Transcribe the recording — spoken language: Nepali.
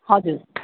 हजुर